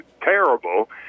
terrible